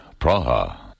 Praha